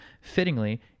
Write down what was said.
Fittingly